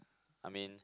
I mean